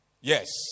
Yes